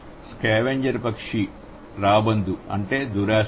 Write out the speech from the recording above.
scavenger పక్షి రాబందు అంటే దురాశ